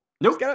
Nope